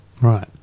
Right